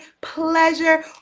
pleasure